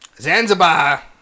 Zanzibar